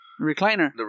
recliner